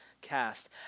cast